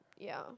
yeah